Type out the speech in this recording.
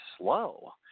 slow